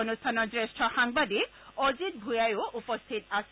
অনুষ্ঠানত জ্যেষ্ঠ সাংবাদিক অজিত ভূঞাও উপস্থিত আছিল